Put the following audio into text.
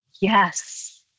Yes